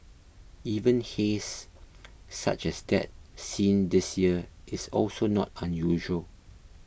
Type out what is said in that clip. even haze such as that seen this year is also not unusual